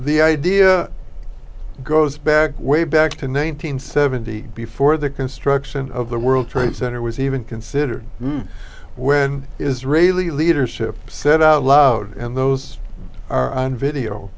the idea goes back way back to nine hundred and seventy before the construction of the world trade center was even considered when israeli leadership said out loud and those are on video